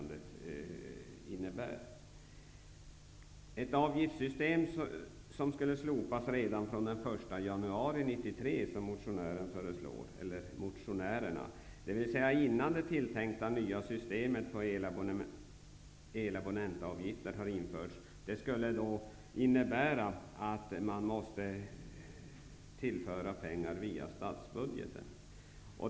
Om det nuvarande avgiftssystemet skulle slopas redan den 1 januari 1993, som motionärerna föreslår, dvs. redan innan det tilltänkta nya systemet för elabonnentavgifter har införts, skulle det innebära att man måste tillföra pengar via statsbudgeten.